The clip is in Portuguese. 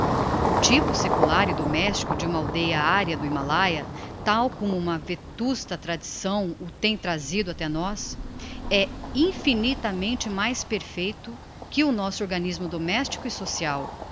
o typo secular e domestico de uma aldeia arya do himalaia tal como uma vetusta tradição o tem trazido até nos é infinitamente mais perfeito que o nosso organismo domestico e social